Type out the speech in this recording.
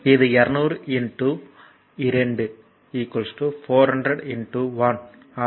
இது 200 2 400 1 ஹவர்